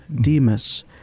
Demas